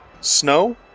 Snow